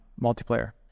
multiplayer